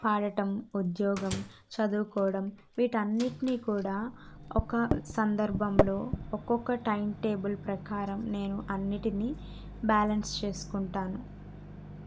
పాడడం ఉద్యోగం చదువుకోవడం వీటన్నిటినీ కూడా ఒక సందర్భంలో ఒక్కొక్క టైంటేబుల్ ప్రకారం నేను అన్నిటినీ బ్యాలన్స్ చేసుకుంటాను